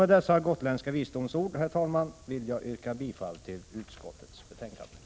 Med dessa gotländska visdomsord vill jag yrka bifall till utskottets hemställan.